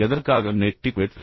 எதற்காக நெட்டிக்வேட்